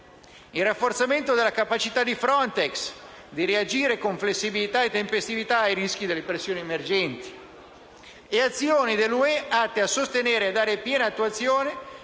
il rafforzamento della capacità di FRONTEX di reagire con flessibilità e tempestività ai rischi e alle pressioni emergenti; le azioni dell'Unione europea atte a sostenere e dare piena attuazione